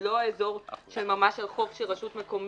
זה לא האזור של החוף ממש של רשות מקומית.